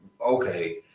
okay